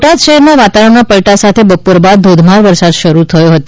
બોટાદ શહેરમાં વાતાવરણમાં પલટા સાથે બપોર બાદ ધોધમાર વરસાદ શરૂ થયો હતો